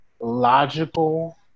logical